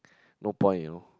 no point you know